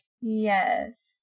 Yes